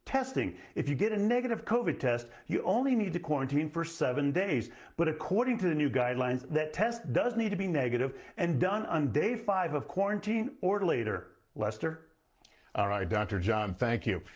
testing if you get a negative covid test you only need to quarantine for seven days but according to the new guidelines that test does need to be negative and done on day five of quarantine or later lester all right dr. john, thank you.